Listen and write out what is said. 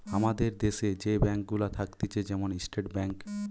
আমাদের দ্যাশে যে ব্যাঙ্ক গুলা থাকতিছে যেমন স্টেট ব্যাঙ্ক